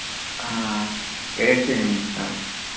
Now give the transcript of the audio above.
ಹಾಂ ಹೇಳ್ತೀನಿ ಸಾರ್